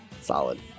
Solid